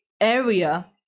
area